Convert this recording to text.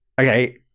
okay